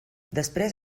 després